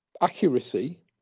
accuracy